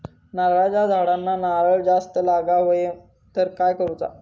नारळाच्या झाडांना नारळ जास्त लागा व्हाये तर काय करूचा?